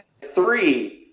three